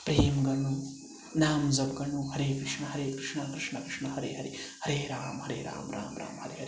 प्रेम गर्नु नाम जप गर्नु हरे कृष्ण हरे कृष्ण कृष्ण हरे हरे हरे राम हरे राम राम राम हरे हरे